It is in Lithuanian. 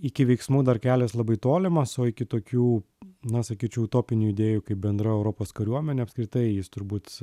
iki veiksmų dar kelias labai tolimas o iki tokių na sakyčiau utopinių idėjų kaip bendra europos kariuomenė apskritai jis turbūt